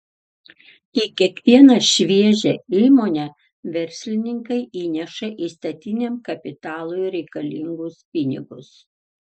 į kiekvieną šviežią įmonę verslininkai įneša įstatiniam kapitalui reikalingus pinigus